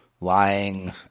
lying